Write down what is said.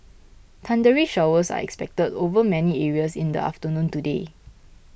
thundery showers are expected over many areas in the afternoon today